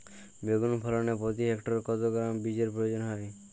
বেগুন ফলনে প্রতি হেক্টরে কত গ্রাম বীজের প্রয়োজন হয়?